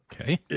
Okay